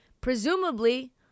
Presumably